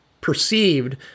perceived